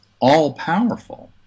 all-powerful